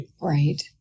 Right